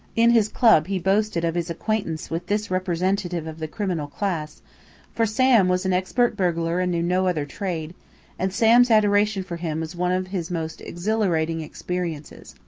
in his club he boasted of his acquaintance with this representative of the criminal classes for sam was an expert burglar and knew no other trade and sam's adoration for him was one of his most exhilarating experiences.